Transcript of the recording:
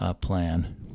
plan